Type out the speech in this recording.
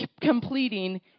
completing